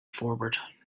forward